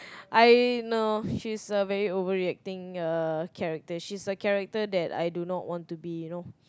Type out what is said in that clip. I no she's a very overreacting uh character she is a character that I do not want to be you know